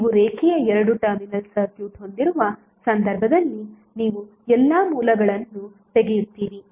ನೀವು ರೇಖೀಯ ಎರಡು ಟರ್ಮಿನಲ್ ಸರ್ಕ್ಯೂಟ್ ಹೊಂದಿರುವ ಸಂದರ್ಭದಲ್ಲಿ ನೀವು ಎಲ್ಲಾ ಮೂಲಗಳನ್ನು ತೆಗೆಯುತ್ತೀರಿ